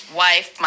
wife